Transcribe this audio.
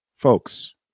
Folks